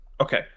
okay